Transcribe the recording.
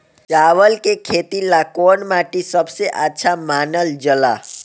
चावल के खेती ला कौन माटी सबसे अच्छा मानल जला?